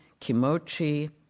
Kimochi